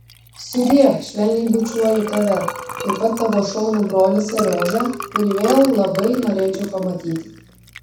sudie švelniai bučiuoju tave taip pat tavo šaunų brolį seriožą kurį vėl labai norėčiau pamatyti